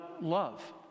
love